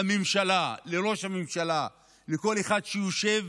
לממשלה, לראש הממשלה, לכל אחד שיושב